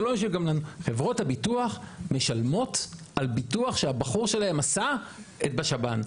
חברות הביטוח משלמות על ביטוח שהבחור שלהם עשה בשב"ן.